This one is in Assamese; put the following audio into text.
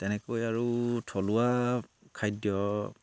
তেনেকৈ আৰু থলুৱা খাদ্য